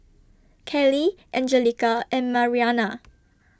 Kelley Angelica and Mariana